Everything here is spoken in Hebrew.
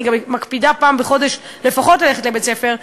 ואני גם מקפידה פעם בחודש לפחות ללכת לבית-ספר,